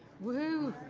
woohoo!